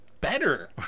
better